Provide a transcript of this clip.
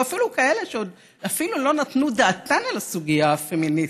או אפילו כאלה שעוד אפילו לא נתנו דעתן על הסוגיה הפמיניסטית.